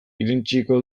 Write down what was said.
irentsiko